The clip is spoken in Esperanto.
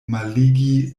malligi